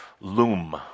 loom